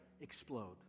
explode